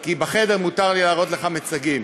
כי בחדר מותר לי להראות לך מיצגים.